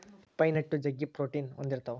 pine nut ಜಗ್ಗಿ protein ಹೊಂದಿರ್ತವ